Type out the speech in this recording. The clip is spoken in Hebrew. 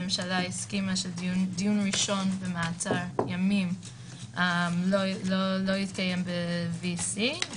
הממשלה הסכימה שדיון ראשון במעצר ימים לא יתקיים ב-VC,